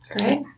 Great